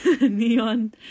neon